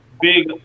big